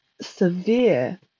severe